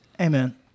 Amen